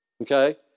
Okay